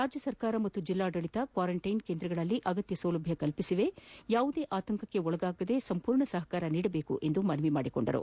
ರಾಜ್ಯ ಸರ್ಕಾರ ಹಾಗೂ ಜಿಲ್ಲಾಡಳಿತ ಕ್ವಾರೆಂಟೈನ್ ಕೇಂದ್ರಗಳಲ್ಲಿ ಅಗತ್ಯ ಸೌಲಭ್ಯ ಕಲ್ಪಿಸಿದ್ದು ಯಾವುದೇ ಆತಂಕಕ್ಕೊ ಳಗಾಗದೇ ಸಂಪೂರ್ಣ ಸಹಕಾರ ನೀಡಬೇಕೆಂದು ಮನವಿ ಮಾಡಿದರು